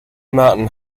mountain